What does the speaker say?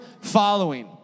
following